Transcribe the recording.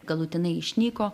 galutinai išnyko